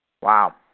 Wow